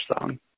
song